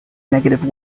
negative